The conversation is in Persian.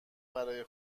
برای